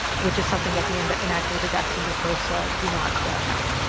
which is something that the and inactivated vaccines of course ah do not have.